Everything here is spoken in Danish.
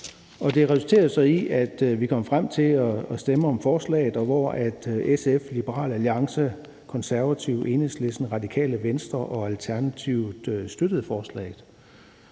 som resulterede i, da vi kom frem til at stemme om forslaget, at SF, Liberal Alliance, Konservative, Enhedslisten, Radikale Venstre og Alternativet støttede forslaget.